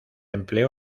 empleó